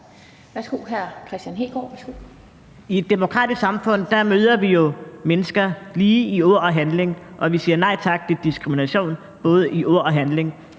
I et demokratisk samfund møder vi jo mennesker ligeværdigt i ord og handling, og vi siger nej tak til diskrimination både i ord og handling.